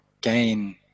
gain